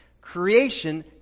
Creation